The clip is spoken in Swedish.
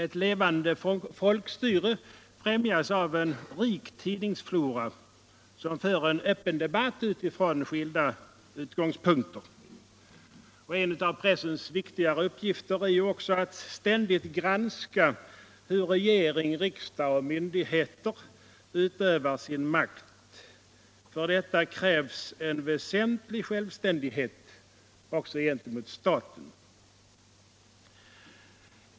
Ett levande folkstyre främjas av en rik tidningsflora som för en öppen debatt från skilda utgångspunkter. En av pressens viktiga uppgifter är också att ständigt granska hur regering, riksdag och myndigheter utövar sin makt. För detta krävs en väsentlig självständighet, även gentemot staten.